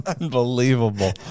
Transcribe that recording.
Unbelievable